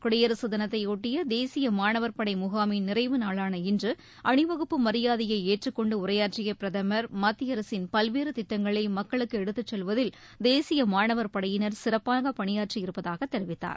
குடியரசு தினத்தைபொட்டிய தேசிய மாணவர் படை முகாமின் நிறைவு நாளான இன்று அணிவகுப்பு மியாதையை ஏற்றுக்கொன்டு உரையாற்றிய பிரதமா் மத்திய அரசின் பல்வேறு திட்டங்களை மக்களுக்கு எடுத்துச் செல்வதில் தேசிய மாணவர் படையினர் சிறப்பான பணியாற்றி இருப்பதாகத் தெரிவித்தார்